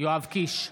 יואב קיש,